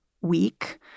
week